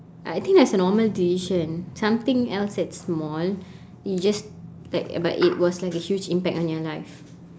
I think that's a normal decision something else that's small and you just like but it was like a huge impact on your life